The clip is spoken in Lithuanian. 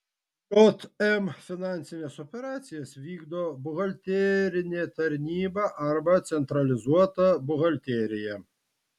jm finansines operacijas vykdo buhalterinė tarnyba arba centralizuota buhalterija